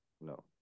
no